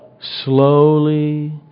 slowly